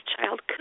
child